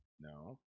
No